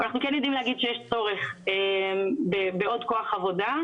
אנחנו כן יודעים להגיד שיש צורך בעוד כוח עבודה,